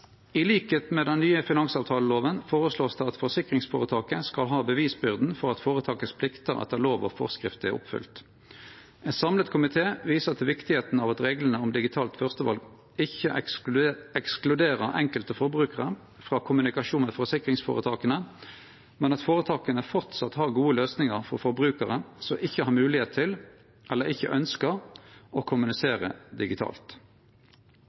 med den nye finansavtaleloven vert det føreslått at forsikringsføretaket skal ha bevisbyrda for at føretaket sine pliktar etter lov og forskrift er oppfylt. Ein samla komité viser til viktigheita av at reglane om digitalt førsteval ikkje ekskluderer enkelte forbrukarar frå kommunikasjon med forsikringsføretaka, men at føretaka framleis har gode løysingar for forbrukarar som ikkje har moglegheit til eller ikkje ønskjer å kommunisere digitalt.